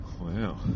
Wow